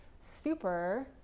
super